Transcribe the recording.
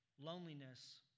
loneliness